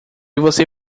você